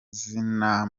zina